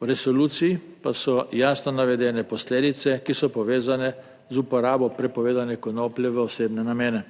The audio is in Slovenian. V resoluciji pa so jasno navedene posledice, ki so povezane z uporabo prepovedane konoplje v osebne namene.